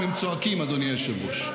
אדוני היושב-ראש.